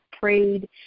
prayed